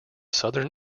southern